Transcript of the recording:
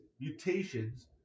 mutations